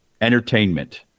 entertainment